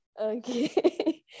Okay